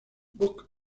buck